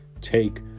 take